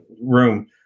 room